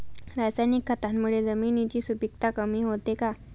रासायनिक खतांमुळे जमिनीची सुपिकता कमी होते का?